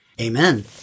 Amen